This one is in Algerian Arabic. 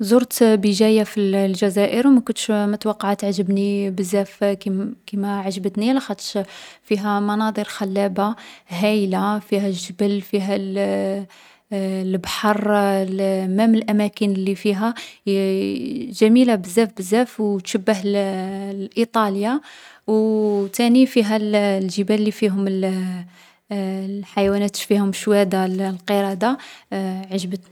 زرت بجاية في الجزائر و ما كنتش متوقعة تعجبني بزاف كيما عجبتني لاخاطش فيها مناظر خلابة هايلة. فيها الجبل، فيها الـ البحر، مام الأماكن لي فيها بزاف بزاف شابة. تشبّه لإيطاليا. و تاني فيها الجبال لي فيهم الحيوانات، فيهم الشوادا القردة.